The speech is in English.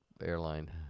airline